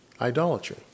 idolatry